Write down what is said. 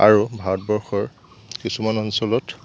আৰু ভাৰতবৰ্ষৰ কিছুমান অঞ্চলত